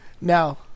Now